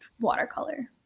watercolor